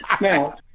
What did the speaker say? now